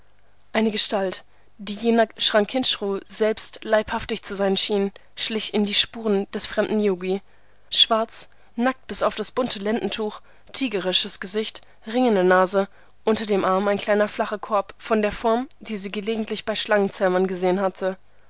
eine gestalt die jener chranquinchru selbst leibhaftig zu sein schien schlich in den spuren des fremden yogi schwarz nackt bis auf das bunte lendentuch tierisches gesicht ring in der nase unter dem arm ein kleiner flacher korb von der form die sie gelegentlich bei schlangenzähmern gesehen hatte